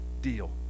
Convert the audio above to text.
deal